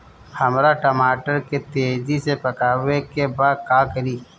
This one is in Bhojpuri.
हमरा टमाटर के तेजी से पकावे के बा का करि?